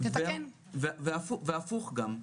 וגם הפוך.